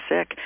sick